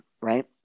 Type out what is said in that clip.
right